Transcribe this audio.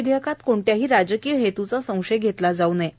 विधेयकात कोणत्याही राजकीय हेतूचा संशय घेतला जाऊ नये